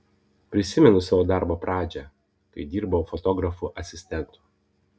prisimenu savo darbo pradžią kai dirbau fotografų asistentu